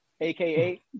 AKA